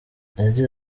yagize